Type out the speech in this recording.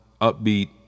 upbeat